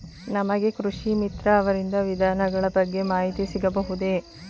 ನಮಗೆ ಕೃಷಿ ಮಿತ್ರ ಅವರಿಂದ ವಿಧಾನಗಳ ಬಗ್ಗೆ ಮಾಹಿತಿ ಸಿಗಬಹುದೇ?